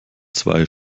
zwei